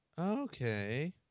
Okay